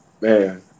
man